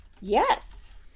yes